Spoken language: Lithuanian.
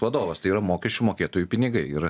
vadovas tai yra mokesčių mokėtojų pinigai ir